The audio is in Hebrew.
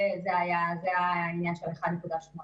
זה העניין של ה-1.8.